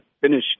finish